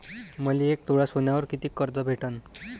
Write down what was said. मले एक तोळा सोन्यावर कितीक कर्ज भेटन?